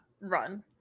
run